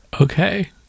Okay